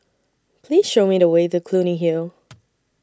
Please Show Me The Way to Clunny Hill